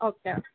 okay